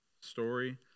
story